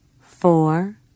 Four